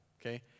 Okay